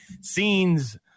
scenes